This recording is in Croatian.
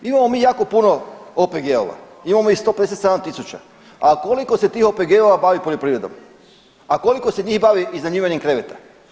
Imamo mi jako puno OPG-ova, imamo ih 157.000, a koliko se tih OPG-ova bavi poljoprivrednom, a koliko se njih bavi iznajmljivanjem kreveta.